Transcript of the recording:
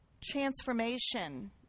transformation